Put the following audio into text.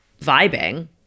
vibing